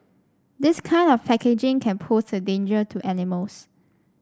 this kind of packaging can pose a danger to animals